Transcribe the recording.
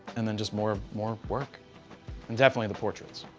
and then just more more work and definitely the portraits.